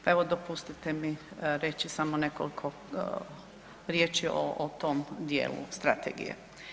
Pa evo dopustite mi reći samo nekoliko riječi o tom dijelu strategije.